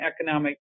economic